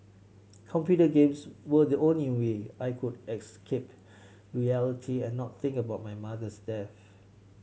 computer games were the only way I could escape reality and not think about my mother's death